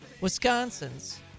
Wisconsin's